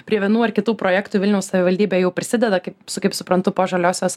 prie vienų ar kitų projektų vilniaus savivaldybė jau prisideda kaip su kaip suprantu po žaliosios